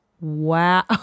Wow